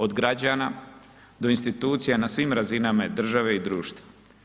Od građana do institucija na svim razinama države i društva.